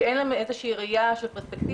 שאין להם איזו שהיא ראייה עם פרספקטיבה,